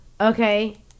Okay